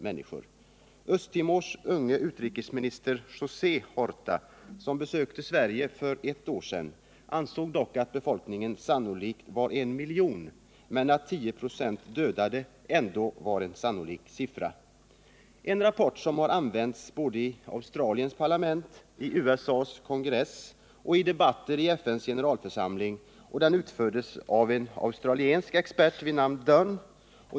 Östra Timors unge utrikesminister José Horta, Nr 49 som besökte Sverige för ett år sedan, ansåg dock att befolkningen sannolikt var en miljon men att 10 26 dödade ändå var en sannolik siffra. En rapport, som använts vid debatter både i Australiens parlament och USA:s kongress och i debatter i FN:s generalförsamling, har skrivits av en australisk expert vid namn Dunn.